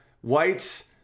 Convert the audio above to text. whites